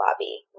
lobby